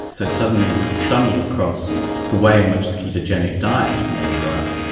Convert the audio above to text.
so suddenly we stumbled across the way in which the ketogenic diet may work,